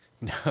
no